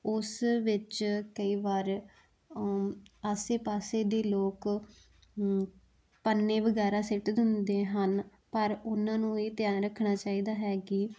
ਉਸ ਵਿੱਚ ਕਈ ਵਾਰ ਆਸੇ ਪਾਸੇ ਦੇ ਲੋਕ ਪੰਨੇ ਵਗੈਰਾ ਸਿੱਟ ਦਿੰਦੇ ਹਨ ਪਰ ਉਹਨਾਂ ਨੂੰ ਇਹ ਧਿਆਨ ਰੱਖਣਾ ਚਾਹੀਦਾ ਹੈ ਕਿ